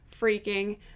freaking